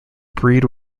breed